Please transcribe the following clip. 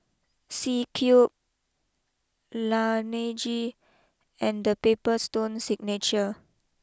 C Cube Laneige and the Paper Stone Signature